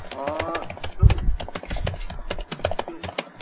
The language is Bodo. अ ओम